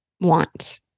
want